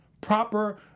proper